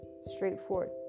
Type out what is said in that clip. straightforward